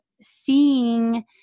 seeing